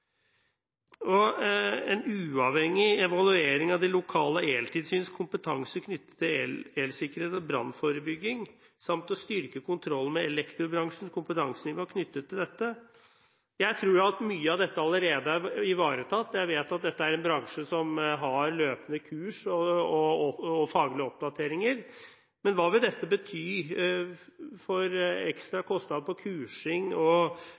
Og man ber regjeringen gjennomføre en uavhengig evaluering av de lokale eltilsyns kompetanse knyttet til elsikkerhet og brannforebygging samt styrke kontrollen med elektrobransjens kompetansenivå knyttet til dette. Jeg tror at mye av dette allerede er ivaretatt. Jeg vet at dette er en bransje som har løpende kurs og faglige oppdateringer. Men hva vil ekstra kostnader for kursing og det at en ikke får brukt arbeidstiden sin på